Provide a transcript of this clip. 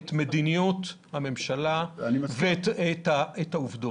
את מדיניות הממשלה ואת העובדות.